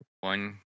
One